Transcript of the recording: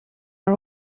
are